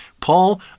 Paul